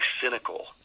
cynical